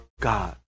God